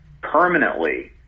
permanently